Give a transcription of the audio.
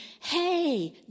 Hey